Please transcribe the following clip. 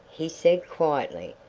he said quietly.